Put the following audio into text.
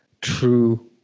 true